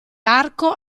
arco